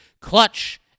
clutch